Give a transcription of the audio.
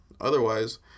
Otherwise